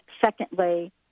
secondly